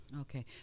Okay